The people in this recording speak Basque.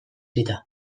zita